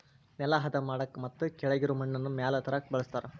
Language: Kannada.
ನೆಲಾ ಹದಾ ಮಾಡಾಕ ಮತ್ತ ಕೆಳಗಿರು ಮಣ್ಣನ್ನ ಮ್ಯಾಲ ತರಾಕ ಬಳಸ್ತಾರ